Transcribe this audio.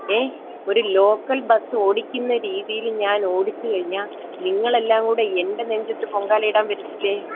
ഏ ഒരു ലോക്കൽ ബസ്സോടിക്കുന്ന രീതിയിൽ ഞാനോടിച്ചു കഴിഞ്ഞാൽ നിങ്ങളെല്ലാം കൂടി എന്റെ നെഞ്ചത്ത് പൊങ്കാലയിടാൻ വരത്തില്ലേ